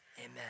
Amen